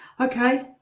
Okay